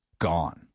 gone